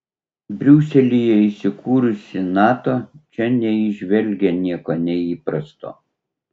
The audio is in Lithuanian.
briuselyje įsikūrusi nato čia neįžvelgė nieko neįprasto